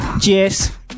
Yes